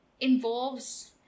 involves